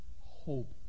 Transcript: hope